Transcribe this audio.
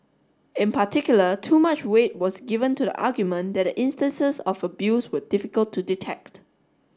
in particular too much weight was given to the argument that the instances of abuse were difficult to detect